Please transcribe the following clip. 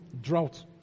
drought